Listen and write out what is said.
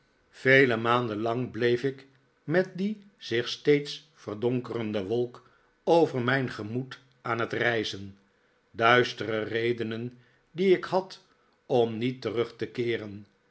vele maanden lang bleef ik met die zich steeds verdonkerende wolk over mijn gemoed aan het reizen duistere redenen die ik had om niet terug te keeren